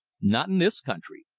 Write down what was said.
not in this country.